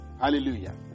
hallelujah